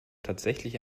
tatsächlich